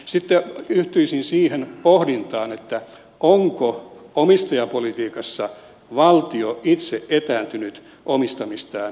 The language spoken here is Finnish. sitten yhtyisin siihen pohdintaan onko omistajapolitiikassa valtio itse etääntynyt omistamistaan yhtiöistä